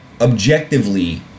objectively